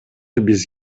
биз